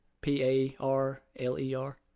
P-A-R-L-E-R